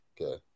Okay